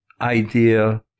idea